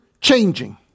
changing